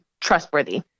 trustworthy